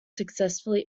successfully